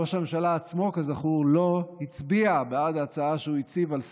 ראש הממשלה עצמו כזכור לא הצביע בעד ההצעה שהוא הציב על סדר-היום.